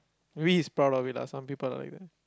maybe he's proud of it lah some people are like that